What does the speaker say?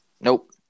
Nope